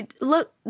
look